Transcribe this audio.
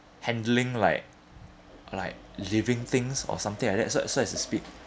handling like like living things or something like that so so as to speak